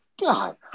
God